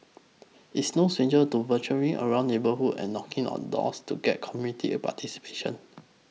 is no stranger to venturing around neighbourhoods and knocking on doors to get community participation